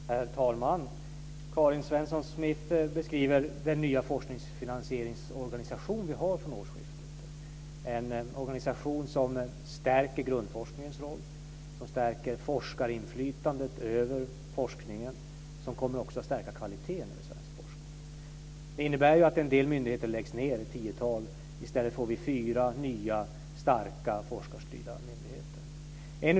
Herr talman! Karin Svensson Smith beskriver den nya forskningsfinansieringsorganisation vi har från årsskiftet - en organisation som stärker grundforskningens roll och stärker forskarinflytandet över forskningen. Det kommer också att stärka kvaliteten på svensk forskning. Det innebär att en del myndigheter läggs ned - ett tiotal. I stället får vi fyra nya starka forskarstyrda myndigheter.